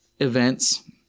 Events